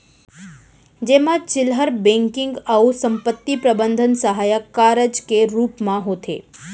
जेमा चिल्लहर बेंकिंग अउ संपत्ति प्रबंधन सहायक कारज के रूप म होथे